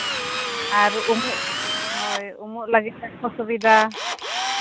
ᱟᱨ ᱩᱢᱩᱜ ᱩᱢᱩᱜ ᱞᱟᱹᱜᱤᱫ ᱥᱮᱭ ᱨᱚᱠᱚᱢ ᱥᱩᱵᱤᱫᱷᱟ